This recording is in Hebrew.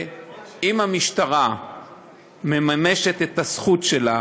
אם המשטרה מממשת את הזכות שלה